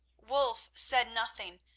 wulf said nothing,